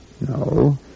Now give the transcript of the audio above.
No